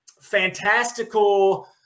fantastical